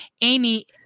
Amy